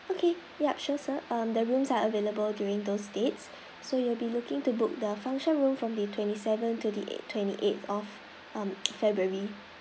okay yup sure sir um the rooms are available during those dates so you will be looking to book the function room from the twenty seventh to the twenty eight of february